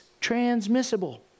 transmissible